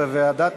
לוועדה